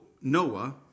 Noah